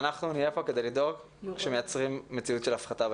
אנחנו נהיה פה כדי לדאוג שמייצרים מציאות של הפחתה.